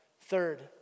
Third